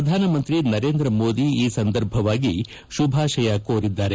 ಪ್ರಧಾನಮಂತ್ರಿ ನರೇಂದ್ರ ಮೋದಿ ಈ ಸಂದರ್ಭವಾಗಿ ಶುಭಾಶಯ ಕೋರಿದ್ದಾರೆ